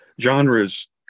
genres